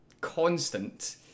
constant